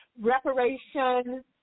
reparation